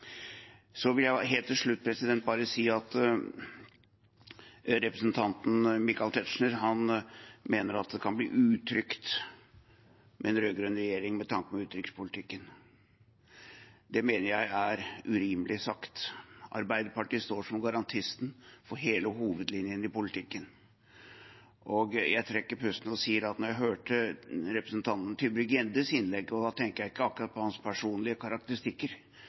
Så vil jeg helt til slutt bare si: Representanten Michael Tetzschner mener at det kan bli utrygt med en rød-grønn regjering med tanke på utenrikspolitikken. Det mener jeg er urimelig sagt. Arbeiderpartiet står som garantisten for hele hovedlinjen i politikken. Jeg trekker pusten og sier at ut fra representanten Tybring-Gjeddes innlegg, da jeg hørte det – og da tenker jeg ikke akkurat på hans personlige karakteristikker